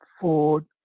Ford